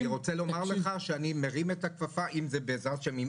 אני רוצה לומר לך, שאני מרים את הכפפה, בעזרת השם.